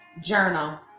journal